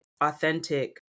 authentic